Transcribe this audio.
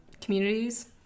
communities